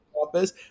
Office